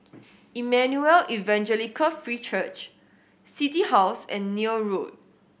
Emmanuel Evangelical Free Church City House and Neil Road